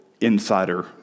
insider